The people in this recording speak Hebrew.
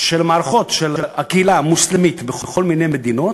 של מערכות של הקהילה המוסלמית בכל מיני מדינות,